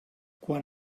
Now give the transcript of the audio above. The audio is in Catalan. quan